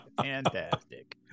Fantastic